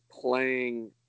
playing